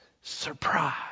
Surprise